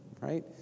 right